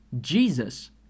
Jesus